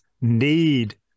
need